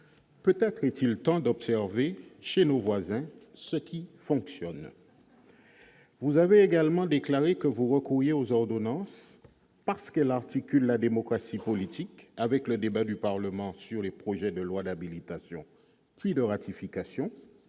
Peut-être est-il temps d'observer chez nos voisins ce qui fonctionne. Vous avez également déclaré, madame la ministre, que vous recourriez aux ordonnances parce qu'elles articulent la démocratie politique- grâce au débat au Parlement sur les projets de loi d'habilitation puis de ratification